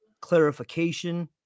clarification